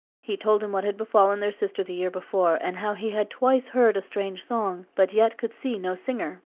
he told them what had befallen their sister the year before, and how he had twice heard a strange song, but yet could see no singer.